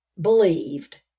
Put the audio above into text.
believed